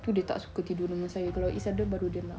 tu dia tak suka tidur dengan saya kalau izz ada baru dia nak